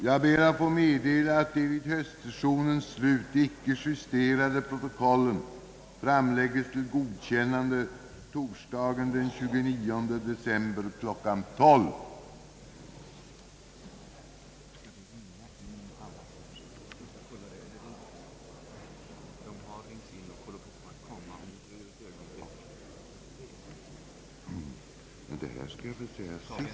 Jag ber att få meddela att de vid höstsessionens slut icke justerade protokollen framläggs till godkännande torsdagen den 29 december kl. 12.00.